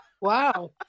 Wow